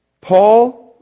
Paul